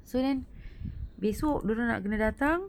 so then besok dia orang nak kena datang